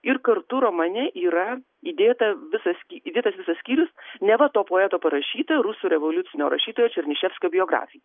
ir kartu romane yra įdėta visas sky įdėtas visas skyrius neva to poeto parašyta rusų revoliucinio rašytojo černyševskio biografija